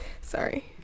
sorry